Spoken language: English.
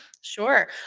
Sure